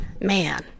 man